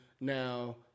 now